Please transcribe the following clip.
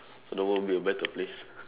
so the world will be a better place